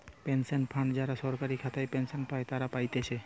pension fund যারা সরকারি খাতায় পেনশন পাই তারা পাতিছে